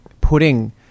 putting